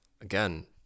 Again